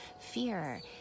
fear